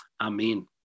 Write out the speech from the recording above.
Amen